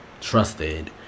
trusted